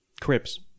cribs